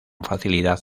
facilidad